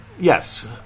Yes